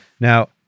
Now